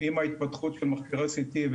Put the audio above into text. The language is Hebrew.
עם ההתפתחות של מכשירי CT,